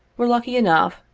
were lucky enough,